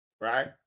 right